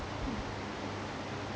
mm